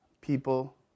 people